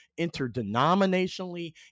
interdenominationally